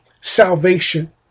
salvation